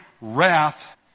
wrath